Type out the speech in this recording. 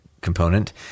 component